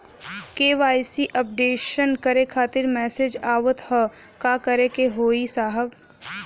KYC updation करें खातिर message आवत ह का करे के होई साहब?